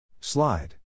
Slide